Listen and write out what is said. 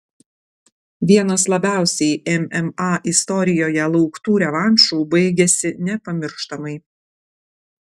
vienas labiausiai mma istorijoje lauktų revanšų baigėsi nepamirštamai